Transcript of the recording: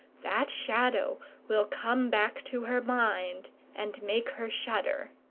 that shadow will come back to her mind and make her shudder.